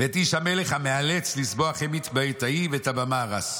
"ואת איש המלך המאלץ לזבוח המית בעת ההיא ואת הבמה הרס.